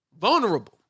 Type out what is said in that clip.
vulnerable